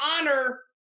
honor